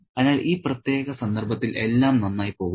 അതിനാൽ ഈ പ്രത്യേക സന്ദർഭത്തിൽ എല്ലാം നന്നായി പോകുന്നു